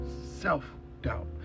Self-doubt